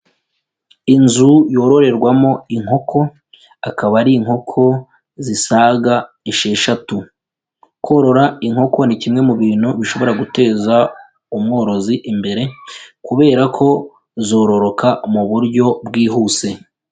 Inzu yororerwamo inkoko akaba ari inkoko zisaga esheshatu, korora inkoko ni kimwe mu bintu bishobora guteza umworozi imbere kubera ko zororoka mu buryo bwihuse.